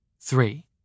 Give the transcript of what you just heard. Three